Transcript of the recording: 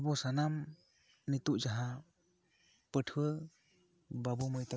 ᱟᱵᱚ ᱥᱟᱱᱟᱢ ᱱᱤᱛᱚᱜ ᱡᱟᱦᱟᱸ ᱯᱟᱹᱴᱷᱩᱣᱟᱹ ᱵᱟᱹᱵᱩ ᱢᱟᱹᱭ ᱛᱟᱠᱚ